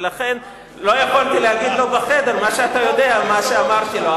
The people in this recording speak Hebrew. ולכן לא יכולתי להגיד לו בחדר מה שאתה יודע שאמרתי לו,